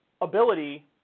ability